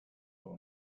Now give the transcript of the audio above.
will